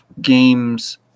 games